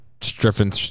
stripping